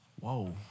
Whoa